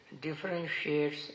differentiates